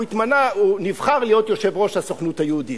הוא נבחר להיות יושב-ראש הסוכנות היהודית.